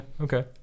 Okay